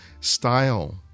style